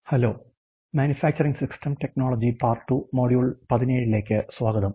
hello manufacturing system technology part 2 module 17 ലേക്ക് സ്വാഗതം